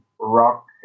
rock